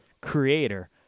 creator